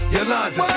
Yolanda